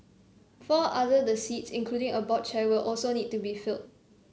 four other the seats including a board chair will also need to be filled